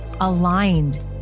aligned